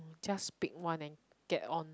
just pick one and get on